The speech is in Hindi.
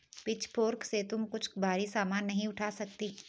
पिचफोर्क से तुम कुछ भारी सामान नहीं उठा सकती